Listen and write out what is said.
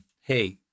hey